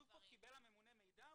כתוב פה: קיבל הממונה מידע,